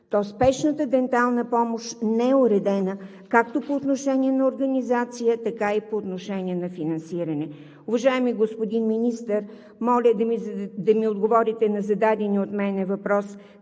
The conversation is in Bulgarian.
то спешната дентална помощ не е уредена както по отношение на организацията, така и по отношение на финансирането. Уважаеми господин Министър, моля да отговорите на зададения от мен въпрос: